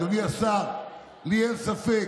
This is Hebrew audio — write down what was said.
אדוני השר, לי אין ספק